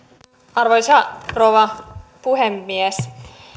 arvoisa rouva puhemies